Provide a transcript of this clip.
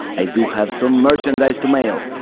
i do have some merchandise to mail.